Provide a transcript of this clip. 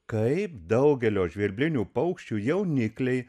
kaip daugelio žvirblinių paukščių jaunikliai